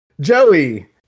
Joey